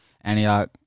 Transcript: Antioch